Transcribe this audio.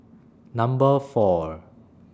Number four